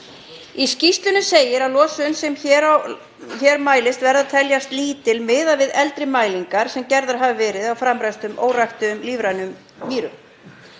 Í skýrslunni segir að losun sem hér mælist verði að teljast lítil miðað við eldri mælingar sem gerðar hafa verið á framræstum, óræktuðum, lífrænum mýrum.